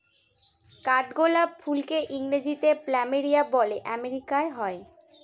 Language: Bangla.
কাঠগোলাপ ফুলকে ইংরেজিতে প্ল্যামেরিয়া বলে আমেরিকায় হয়